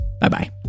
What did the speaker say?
Bye-bye